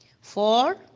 Four